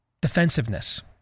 Defensiveness